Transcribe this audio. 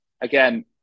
Again